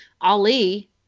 Ali